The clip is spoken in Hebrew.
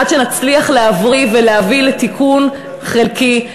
עד שנצליח להבריא ולהביא לתיקון חלקי,